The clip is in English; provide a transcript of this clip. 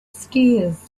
stairs